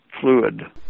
fluid